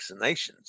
vaccinations